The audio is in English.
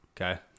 Okay